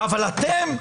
אתם,